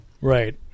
Right